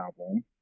album